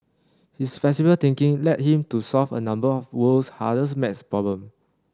his flexible thinking led him to solve a number of the world's hardest math problems